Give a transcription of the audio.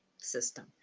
system